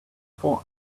for